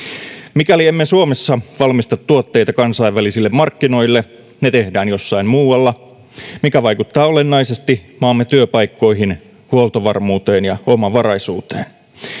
mikäli emme suomessa valmista tuotteita kansainvälisille markkinoille ne tehdään jossain muualla mikä vaikuttaa olennaisesti maamme työpaikkoihin huoltovarmuuteen ja omavaraisuuteen